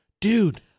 dude